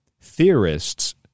theorists